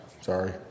sorry